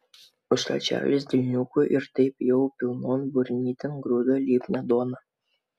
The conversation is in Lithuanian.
užtat čarlis delniuku ir taip jau pilnon burnytėn grūdo lipnią duoną